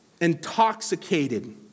Intoxicated